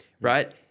right